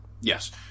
Yes